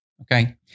okay